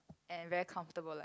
and very comfortable like